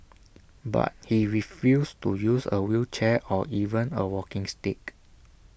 but he refused to use A wheelchair or even A walking stick